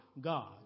God